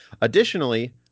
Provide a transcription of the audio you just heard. Additionally